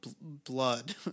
blood